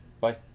Bye